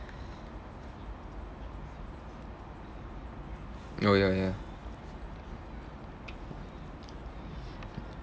oh ya ya